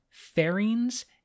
Fairings